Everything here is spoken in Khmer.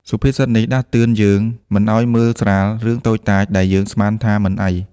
សុភាសិតនេះដាស់តឿនយើងមិនឱ្យមើលស្រាលរឿងតូចតាចដែលយើងស្មានថាមិនអី។